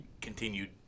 continued